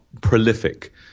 prolific